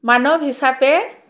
মানৱ হিচাপে